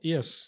Yes